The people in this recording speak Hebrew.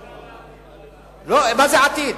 מכאן והלאה, מה זה עתיד?